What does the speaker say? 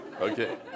Okay